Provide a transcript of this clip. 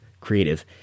creative